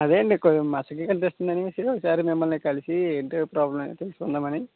అదే అండి కొద్దిగా మసకగా కనిపిస్తుంది అనేసి ఒకసారి మిమ్మల్ని కలిసి ఏంటి ప్రాబ్లెమ్ ఏంటి తెలుసుకుందాం అని